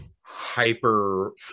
hyper